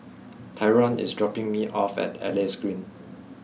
Tyron is dropping me off at Elias Green